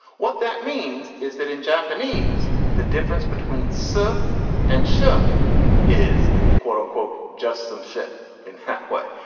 what that means is that in japanese the difference between sir and sher is quote unquote just some shit in that way.